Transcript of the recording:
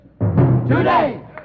Today